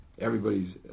everybody's